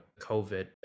COVID